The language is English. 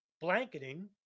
blanketing